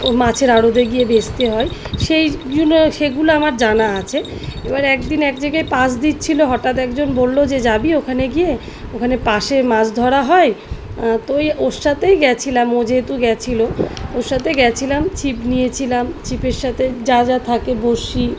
ও মাছের আরতে গিয়ে বেচতে হয় সেইগুলো সেগুলো আমার জানা আছে এবার একদিন এক জায়গায় পাস দিচ্ছিলো হঠাৎ একজন বললো যে যাবি ওখানে গিয়ে ওখানে পাশে মাছ ধরা হয় তো ওই ওর সাথেই গেছিলাম ও যেহেতু গেছিল ওর সাথে গিয়েছিলাম ছিপ নিয়েছিলাম ছিপের সাথে যা যা থাকে বঁড়শি